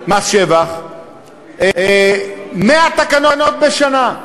מס שבח, 100 תקנות בשנה,